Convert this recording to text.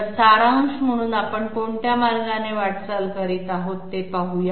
तर सारांश म्हणून आपण कोणत्या मार्गाने वाटचाल करत आहोत ते पाहू या